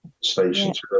stations